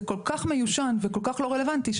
זה כל כך מיושן וכל כך לא רלוונטי.